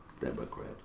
democrat